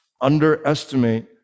underestimate